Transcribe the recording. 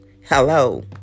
Hello